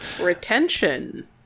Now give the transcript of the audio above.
Retention